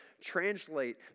translate